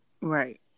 right